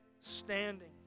standing